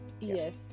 Yes